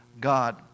God